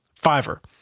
Fiverr